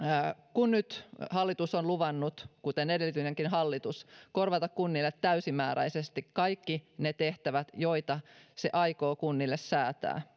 kun nyt hallitus on luvannut kuten edellinenkin hallitus korvata kunnille täysimääräisesti rahallisesti kaikki ne tehtävät joita se aikoo kunnille säätää